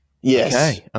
yes